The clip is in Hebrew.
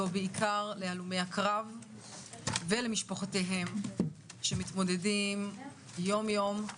בעיקר להלומי הקרב ולמשפחותיהם שמתמודדים יום יום,